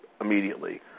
immediately